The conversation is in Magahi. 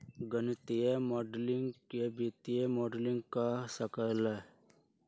गणितीय माडलिंग के वित्तीय मॉडलिंग कह सक ल ह